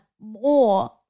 more